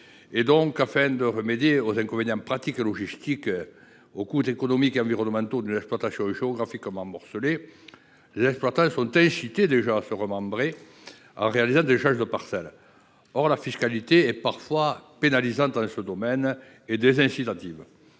etc. Afin de remédier aux inconvénients pratiques et logistiques, aux coûts économiques et environnementaux d’une exploitation géographiquement morcelée, les exploitants sont incités à remembrer leurs exploitations en réalisant des échanges de parcelles. Or la fiscalité est parfois pénalisante et désincitative.